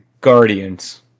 Guardians